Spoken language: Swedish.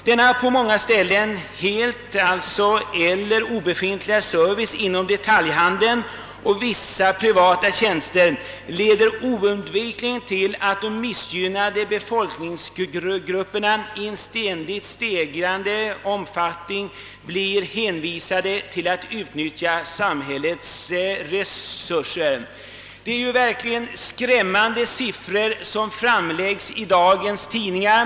Den på många håll dåliga eller helt obefintliga servicen leder oundvikligen till att de missgynnade befolkningsgrupperna i en ständigt stigande omfattning blir hänvisade till att utnyttja samhällets resurser. Det är verkligen skrämmande siffror som redovisas i dagens tidningar.